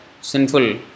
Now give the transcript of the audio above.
sinful